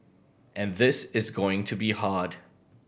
and this is going to be hard